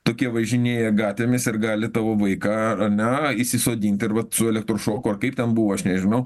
tokie važinėja gatvėmis ir gali tavo vaiką ane įsisodinti ir vat su elektrošoku ar kaip ten buvo aš nežinau